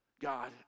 God